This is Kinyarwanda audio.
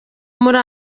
muri